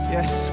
Yes